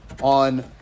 on